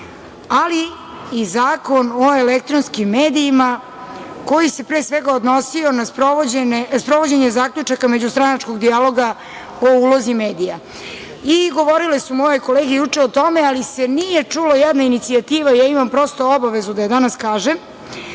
ali i Zakon o elektronskim medijima, koji se pre svega odnosio na sprovođenje zaključaka međustranačkog dijaloga o ulozi medija. Govorile su moje kolege juče o tome, ali se nije čula jedna inicijativa, pa ja prosto imam obavezu da je danas kažem,